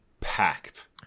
packed